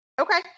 Okay